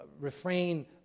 refrain